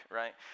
right